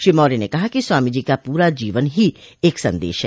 श्री मौर्य ने कहा कि स्वामी जी का पूरा जीवन ही एक सन्देश है